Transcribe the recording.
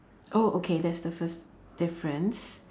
oh okay that's the first difference